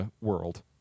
world